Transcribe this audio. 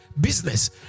business